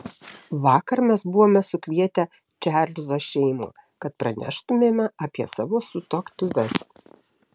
vakar mes buvome sukvietę čarlzo šeimą kad praneštumėme apie savo sutuoktuves